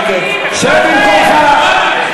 נגד שב במקומך.